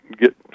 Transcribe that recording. get